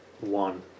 one